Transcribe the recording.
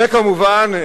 וכמובן,